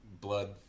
blood